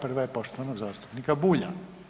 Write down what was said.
Prva je poštovanog zastupnika Bulja.